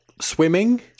swimming